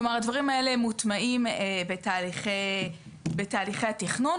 כלומר, הדברים האלה מוטמעים בתהליכי התכנון.